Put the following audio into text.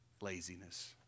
Laziness